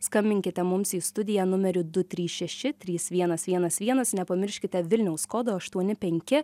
skambinkite mums į studiją numeriu du trys šeši trys vienas vienas vienas nepamirškite vilniaus kodo aštuoni penki